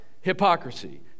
hypocrisy